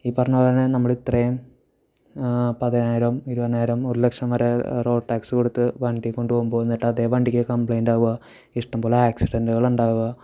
ഈ പറഞ്ഞത് പോലെ തന്നെ നമ്മൾ ഇത്രയും പതിനായിരവും ഇരുവതിനായിരം ഒരു ലക്ഷം വരെ റോഡ് ടാക്സ് കൊടുത്ത് വണ്ടി കൊണ്ടുപോവുമ്പോൾ എന്നിട്ട് അതേ വണ്ടിക്ക് കംപ്ലൈയ്ൻറ് ആവുക ഇഷ്ടംപോലെ ആക്സിഡൻറുകൾ ഉണ്ടാവുക